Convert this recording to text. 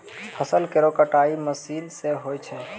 फसल केरो कटाई मसीन सें होय छै